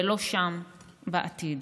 ולא שם, בעתיד.